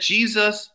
Jesus